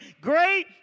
great